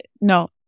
no